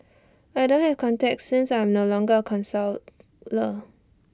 I don't have contacts since I am no longer A counsellor